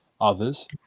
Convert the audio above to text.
others